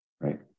Right